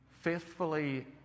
faithfully